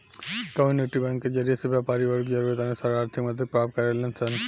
community bank के जरिए से व्यापारी वर्ग जरूरत अनुसार आर्थिक मदद प्राप्त करेलन सन